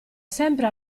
sempre